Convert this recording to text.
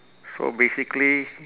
so basically